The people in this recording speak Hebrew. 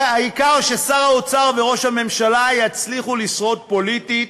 העיקר ששר האוצר וראש הממשלה יצליחו לשרוד פוליטית,